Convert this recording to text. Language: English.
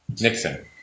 Nixon